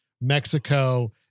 Mexico